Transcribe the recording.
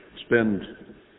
spend